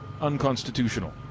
unconstitutional